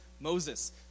Moses